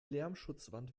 lärmschutzwand